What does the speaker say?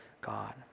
God